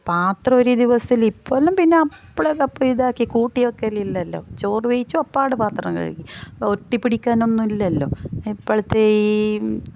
പാത്രം ഒരു ദിവസത്തിൽ ഇപ്പോൾ എല്ലാം പിന്നെ അപ്പളക്കപ്പളെ ഇതാക്കി കൂട്ടി വയ്ക്കലില്ലല്ലോ ചോറ് വെച്ചു അപ്പോൾ അവിടെ പാത്രം കഴുകി ഒട്ടിപ്പിടിക്കാനൊന്നും ഇല്ലല്ലോ എപ്പോളത്തെയും